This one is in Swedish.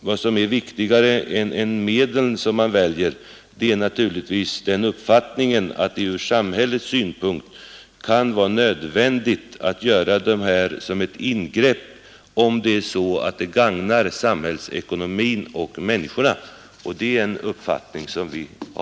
Vad som är viktigare än medlen man väljer, dem kan man diskutera senare, är naturligtvis uppfattningen, att det ur samhällssynpunkt kan vara nödvändigt med ett ingripande om det gagnar samhällsekonomin och människorna